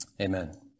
Amen